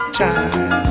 time